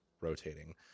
rotating